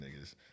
niggas